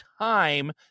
time